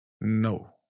No